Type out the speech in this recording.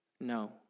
no